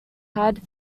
had